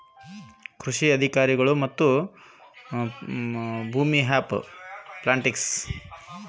ಮಣ್ಣಿನ ಪೋಷಕಾಂಶವನ್ನು ನಾನು ಹೇಗೆ ತಿಳಿದುಕೊಳ್ಳಬಹುದು?